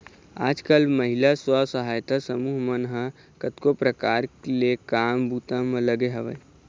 आजकल महिला स्व सहायता समूह मन ह कतको परकार ले काम बूता म लगे हवय